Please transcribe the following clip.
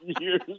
years